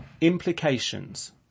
Implications